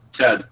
Ted